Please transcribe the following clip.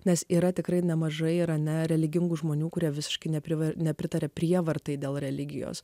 nes yra tikrai nemažai yra nereligingų žmonių kurie visiškai neprivalo nepritaria prievartai dėl religijos